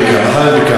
מדביקה.